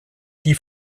die